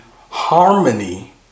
harmony